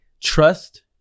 trust